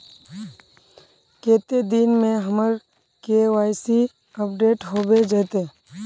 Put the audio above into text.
कते दिन में हमर के.वाई.सी अपडेट होबे जयते?